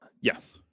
Yes